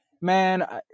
man